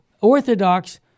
orthodox